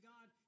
God